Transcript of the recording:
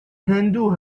هندو